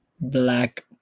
black